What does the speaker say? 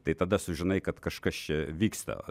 tai tada sužinai kad kažkas čia vyksta